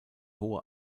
hohe